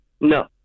No